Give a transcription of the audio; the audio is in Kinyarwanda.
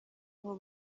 aho